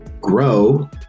grow